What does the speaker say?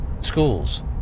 schools